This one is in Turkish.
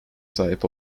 sahip